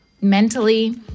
mentally